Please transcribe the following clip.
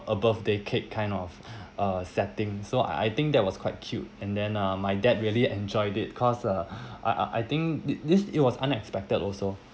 above decade kind of uh setting so I think that was quite cute and then uh my dad really enjoyed it because uh I I think this it was unexpected also